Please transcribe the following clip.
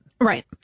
Right